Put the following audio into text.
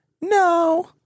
No